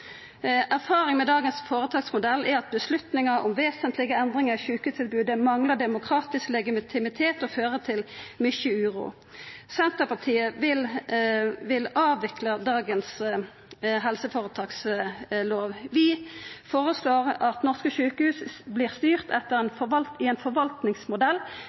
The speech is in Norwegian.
med dagens føretaksmodell er at avgjerder om vesentlege endringar i sjukehustilbodet manglar demokratisk legitimitet og fører til mykje uro. Senterpartiet vil avvikla dagens helseføretakslov. Vi føreslår at norske sjukehus vert styrte i ein forvaltningsmodell